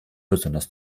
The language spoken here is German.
besonders